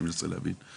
אני מנסה להבין.